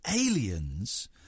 aliens